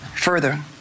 Further